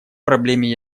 проблеме